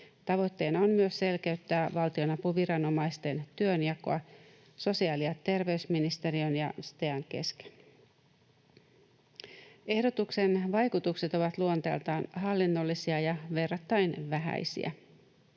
Tavoitteena on myös selkeyttää valtionapuviranomaisten työnjakoa sosiaali- ja terveysministeriön ja STEAn kesken. Ehdotuksen vaikutukset ovat luonteeltaan hallinnollisia ja verrattain vähäisiä.